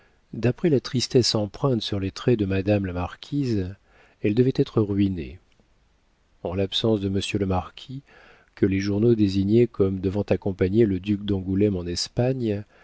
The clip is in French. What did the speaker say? d'après la triste empreinte sur les traits de madame la marquise elle devait être ruinée en l'absence de monsieur le marquis que les journaux désignaient comme devant accompagner le duc d'angoulême en espagne